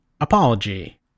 apology